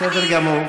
בסדר גמור.